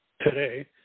today